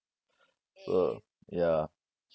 uh ya